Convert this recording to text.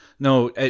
No